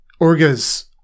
Orga's